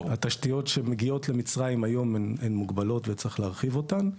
התשתיות שמגיעות למצרים היום הן מוגבלות וצריך להרחיב אותן.